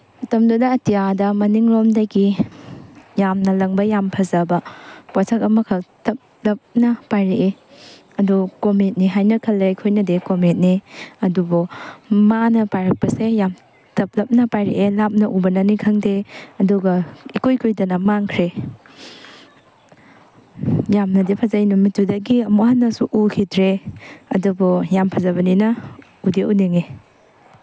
ꯃꯇꯝꯗꯨꯗ ꯑꯇꯤꯌꯥꯗ ꯃꯅꯤꯡꯂꯣꯝꯗꯒꯤ ꯌꯥꯝꯅ ꯂꯪꯕ ꯌꯥꯝ ꯐꯖꯕ ꯄꯣꯁꯛ ꯑꯃꯈꯛ ꯇꯞꯂꯞꯅ ꯄꯥꯏꯔꯛꯑꯦ ꯑꯗꯨ ꯀꯣꯃꯦꯠꯅꯤ ꯍꯥꯏꯅ ꯈꯜꯂꯦ ꯑꯩꯈꯣꯏꯅꯗꯤ ꯀꯣꯃꯦꯠꯅꯤ ꯑꯗꯨꯕꯨ ꯃꯥꯅ ꯄꯥꯏꯔꯛꯄꯁꯦ ꯌꯥꯝ ꯇꯞꯂꯞꯅ ꯄꯥꯏꯔꯛꯑꯦ ꯂꯥꯞꯅ ꯎꯕꯅꯅꯤ ꯈꯪꯗꯦ ꯑꯗꯨꯒ ꯏꯀꯨꯏ ꯀꯨꯏꯗꯅ ꯃꯥꯡꯈ꯭ꯔꯦ ꯌꯥꯝꯅꯗꯤ ꯐꯖꯩ ꯅꯨꯃꯤꯠꯇꯨꯗꯒꯤ ꯑꯃꯨꯛ ꯍꯟꯅꯁꯨ ꯎꯈꯤꯗ꯭ꯔꯦ ꯑꯗꯨꯕꯨ ꯌꯥꯝ ꯐꯖꯕꯅꯤꯅ ꯎꯗꯤ ꯎꯅꯤꯡꯏ